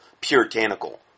puritanical